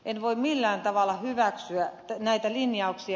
en voi millään tavalla hyväksyä näitä linjauksia